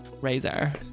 Razor